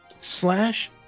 Slash